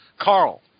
Carl